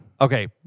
Okay